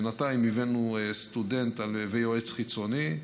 בינתיים הבאנו סטודנט ויועץ חיצוני,